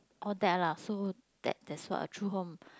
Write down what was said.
all that lah so that that's what a true home